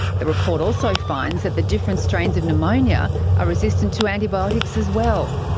the report also finds that the different strains of pneumonia are resistant to antibiotics as well.